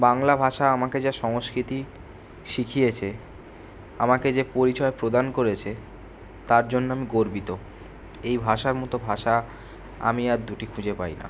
বাংলা ভাষা আমাকে যা সংস্কিতি শিখিয়েছে আমাকে যে পরিচয় প্রদান করেছে তার জন্য আমি গর্বিত এই ভাষার মতো ভাষা আমি আর দুটি খুঁজে পাই না